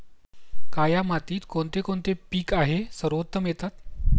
काया मातीत कोणते कोणते पीक आहे सर्वोत्तम येतात?